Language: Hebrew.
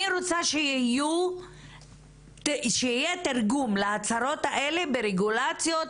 אני רוצה שיהיה תרגום להצהרות האלה ברגולציות,